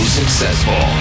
successful